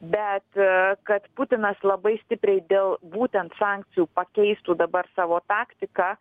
bet kad putinas labai stipriai dėl būtent sankcijų pakeistų dabar savo taktiką